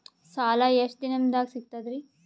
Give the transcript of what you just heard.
ಸಾಲಾ ಎಷ್ಟ ದಿಂನದಾಗ ಸಿಗ್ತದ್ರಿ?